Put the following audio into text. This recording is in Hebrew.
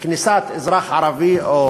לכניסת אזרח ערבי או